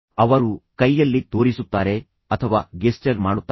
ಅವರು ಕೈಯಲ್ಲಿ ತೋರಿಸುತ್ತಾರೆ ಅಥವಾ ಗೆಸ್ಚರ್ ಮಾಡುತ್ತಾರೆ